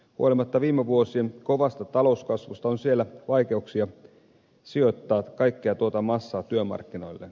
huolimatta viime vuosien kovasta talouskasvusta on siellä vaikeuksia sijoittaa kaikkea tuota massaa työmarkkinoille